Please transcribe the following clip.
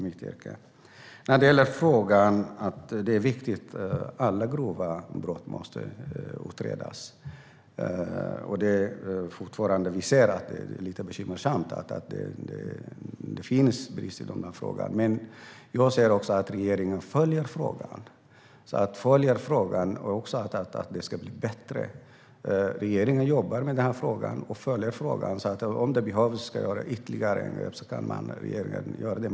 Beträffande frågan om att det är viktigt att alla grova brott utreds ser vi att det finns brister när det gäller detta, vilket är bekymmersamt. Men regeringen följer frågan och jobbar med den, så att det ska bli bättre. Om ytterligare saker behöver göras kan regeringen göra det.